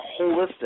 holistic